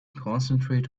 concentrate